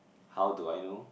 how do I know